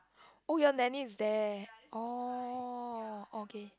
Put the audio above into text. oh your nanny is there oh okay